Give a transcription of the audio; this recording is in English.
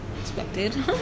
expected